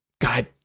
God